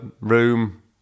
room